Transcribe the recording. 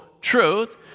truth